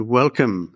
welcome